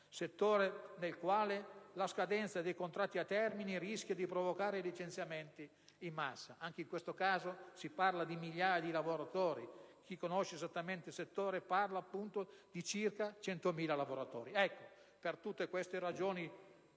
settore nel quale la scadenza dei contratti a termine rischia di provocare licenziamenti in massa. Anche in questo caso, si parla di migliaia di lavoratori: chi conosce esattamente il settore parla di circa 100.000 lavoratori. Per tutte le ragioni